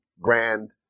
grand